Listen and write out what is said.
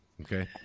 Okay